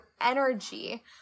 energy